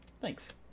Thanks